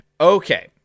Okay